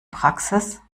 praxis